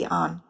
on